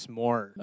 more